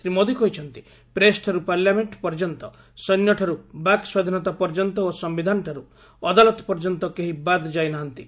ଶ୍ରୀ ମୋଦି କହିଛନ୍ତି ପ୍ରେସ୍ଠାରୁ ପାର୍ଲମେଣ୍ଟ ପର୍ଯ୍ୟନ୍ତ ସୈନ୍ୟଠାରୁ ବାକ୍ ସ୍ୱାଧୀନତା ପର୍ଯ୍ୟନ୍ତ ଓ ସମ୍ଭିଧାନଠାରୁ ଅଦାଲତ ପର୍ଯ୍ୟନ୍ତ କେହି ବାଦ୍ ଯାଇ ନାହାନ୍ତି